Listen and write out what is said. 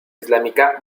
islámica